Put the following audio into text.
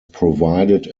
provided